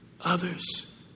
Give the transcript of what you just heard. others